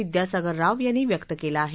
विद्यासागर राव यांनी व्यक्त केला आहे